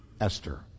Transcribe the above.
Esther